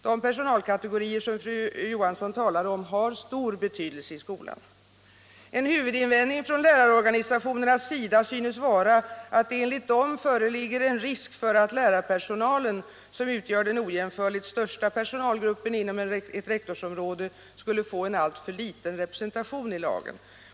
De personalkategorier som fru Johansson talar om har stor betydelse i skolan. En huvudinvändning från lärarorganisationernas sida synes vara att det enligt dem föreligger en risk för att lärarpersonalen, som utgör den ojämförligt största personalgruppen inom ett rektorsområde, skulle få en alltför liten representation i de här lagen.